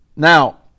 Now